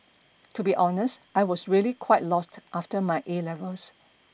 to be honest I was really quite lost after my A levels